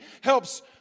helps